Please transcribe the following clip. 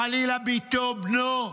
חלילה, ביתו, בנו,